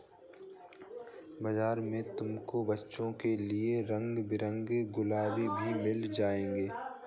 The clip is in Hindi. बाजार में तुमको बच्चों के लिए रंग बिरंगे गुल्लक भी मिल जाएंगे